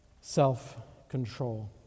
self-control